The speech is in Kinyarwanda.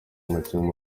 umukinnyi